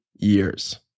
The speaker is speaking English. years